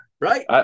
Right